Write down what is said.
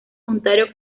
ontario